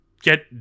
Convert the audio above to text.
get